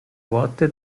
worte